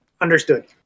understood